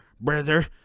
brother